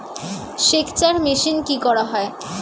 সেকচার মেশিন কি করা হয়?